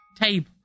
table